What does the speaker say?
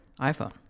iphone